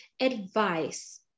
advice